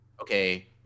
okay